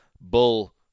bull